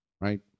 right